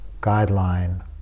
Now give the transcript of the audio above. guideline